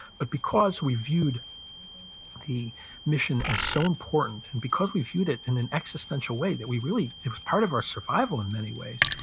but because we viewed the mission as so important and because we viewed it in an existential way, that we really, it was part of our survival in many ways.